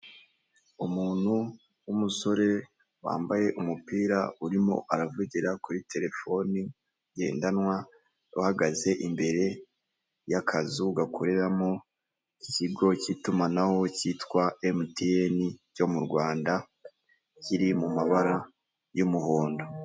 Umuntu w'umusore wambaye umupira urimo aravugira kuri terefoni ngendanwa, uhagaze imbere y'akazu gakoreramo ikigo cy'itumanaho cyitwa emutiyene cyo m'u Rwanda, kiri mu mabara y'umuhondo.